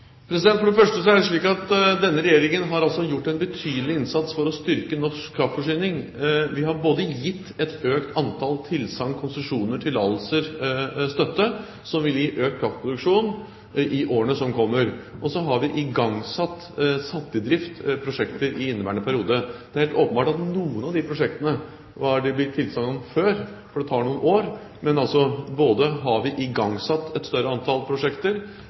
Det er slik at denne regjeringen har gjort en betydelig innsats for å styrke norsk kraftforsyning. Vi har gitt et økt antall tilsagn, konsesjoner, tillatelser og støtte som vil gi økt kraftproduksjon i årene som kommer. Så har vi igangsatt – satt i drift – prosjekter i inneværende periode. Det er helt åpenbart at noen av de prosjektene har det blitt gitt tilsagn om før, for det tar noen år, men vi har igangsatt et større antall prosjekter